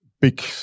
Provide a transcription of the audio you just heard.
big